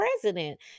president